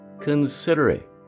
considerate